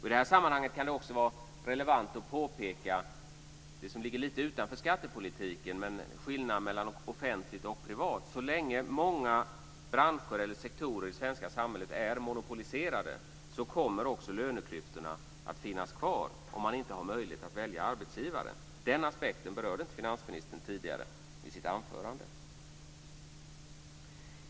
I detta sammanhang kan det också vara relevant att påpeka det som ligger lite utanför skattepolitiken, nämligen skillnaden mellan offentligt och privat. Så länge många sektorer i det svenska samhället är monopoliserade kommer också löneklyftorna att finnas kvar, om man inte har möjlighet att välja arbetsgivare. Den aspekten berörde aldrig finansministern i sitt anförande.